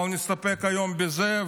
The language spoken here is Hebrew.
אבל נסתפק היום בזה,